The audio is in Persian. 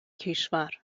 کشور